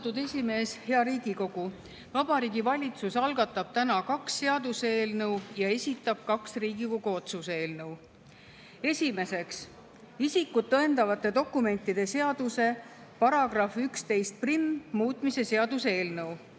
Vabariigi Valitsus algatab täna kaks seaduseelnõu ja esitab kaks Riigikogu otsuse eelnõu. Esimeseks, isikut tõendavate dokumentide seaduse § 111muutmise seaduse eelnõu,